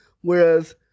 whereas